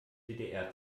ddr